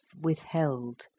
withheld